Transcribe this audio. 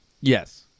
yes